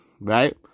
Right